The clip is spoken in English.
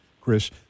Chris